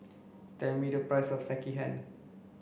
tell me the price of Sekihan